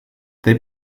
they